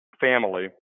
family